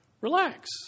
relax